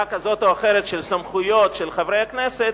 כזאת או אחרת של סמכויות של חברי הכנסת,